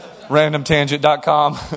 Randomtangent.com